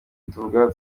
tuvuga